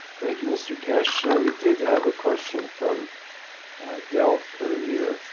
thank you mr keshe. so we did have a question from delph earlier